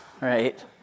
right